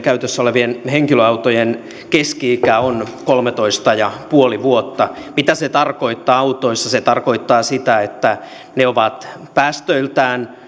käytössä olevien henkilöautojen keski ikä on kolmetoista pilkku viisi vuotta mitä se tarkoittaa autoissa se tarkoittaa sitä että ne ovat päästöiltään